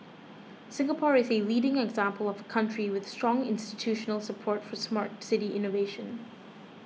Singapore is a leading example of a country with strong institutional support for Smart City innovation